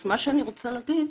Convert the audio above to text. אז מה שאני רוצה להגיד,